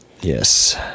Yes